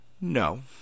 No